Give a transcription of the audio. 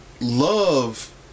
love